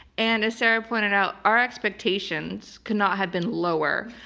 and as sarah pointed out, our expectations could not have been lower.